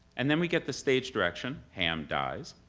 and then we get the stage direction, ham. dies,